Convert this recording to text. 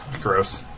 Gross